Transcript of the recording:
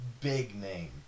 big-name